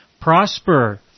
prosper